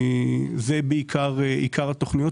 זה עיקר התוכניות,